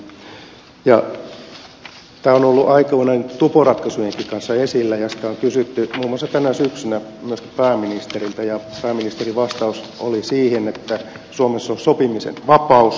tämä on ollut aikoinaan tuporatkaisujenkin kanssa esillä ja sitä on kysytty muun muassa tänä syksynä myöskin pääministeriltä ja pääministerin vastaus siihen oli että suomessa on sopimisen vapaus